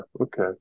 Okay